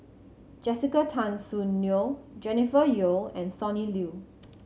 Jessica Tan Soon Neo Jennifer Yeo and Sonny Liew